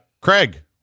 Craig